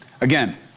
Again